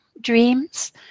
dreams